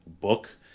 book